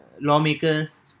lawmakers